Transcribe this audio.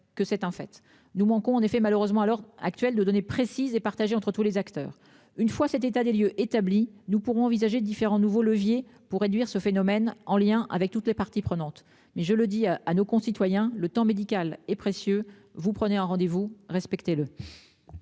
que c'est en fait, nous manquons en effet malheureusement à l'heure actuelle de données précises et partagé entre tous les acteurs. Une fois cet état des lieux établi, nous pourrons envisager différents nouveaux leviers pour réduire ce phénomène en lien avec toutes les parties prenantes. Mais je le dis à nos concitoyens le temps médical et précieux. Vous prenez un rendez-vous, respectez le.